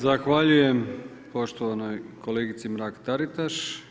Zahvaljujem poštovanoj kolegici Mrak Taritaš.